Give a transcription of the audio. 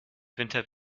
winter